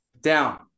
down